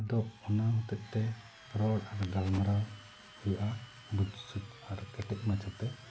ᱟᱫᱚ ᱚᱱᱟ ᱦᱚᱛᱮᱫ ᱛᱮ ᱨᱚᱲ ᱟᱨ ᱜᱟᱞᱢᱟᱨᱟᱣ ᱦᱩᱭᱩᱜᱼᱟ ᱵᱩᱡ ᱥᱩᱡ ᱟᱨ ᱠᱮᱴᱮᱡᱽ ᱢᱟᱪᱷᱟ ᱛᱮ